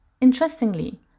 Interestingly